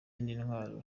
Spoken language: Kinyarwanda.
n’intwaro